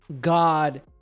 God